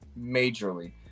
majorly